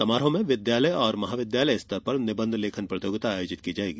समारोह में विद्यालय और महाविद्यालय स्तर पर निबंध लेखन प्रतियोगिता आयोजित की जायेगी